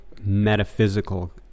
metaphysical